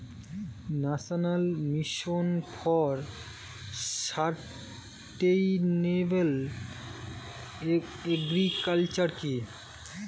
National Mission for Sustainable Agriculture কি?